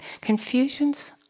Confusion's